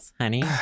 honey